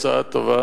היא הצעה טובה,